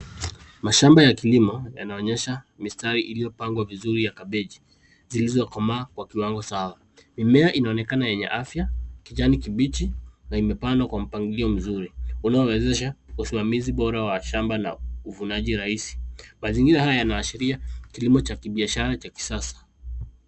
Mashamba ya kilimo yanaonyesha mistari iliyopangwa vizuri ya kabeji zilizokomaa kwa kiwango sawa. Mimea inaonekana yenye afya , kijani kibichi , na imepangwa kwa mpangilio mzuri unaowezesha usimamizi bora wa shamba na uvunaji rahisi. Mazingira haya yanaashiria kilimo cha kibiashara cha kisasa.